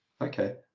Okay